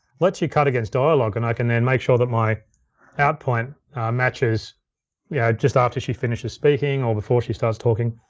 lets you cut against dialog, and i can then make sure that my out point matches yeah just after she finishes speaking or before she starts talking.